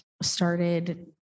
started